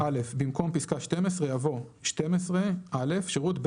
במקום פסקה (12) יבוא - "(12)(א) שירות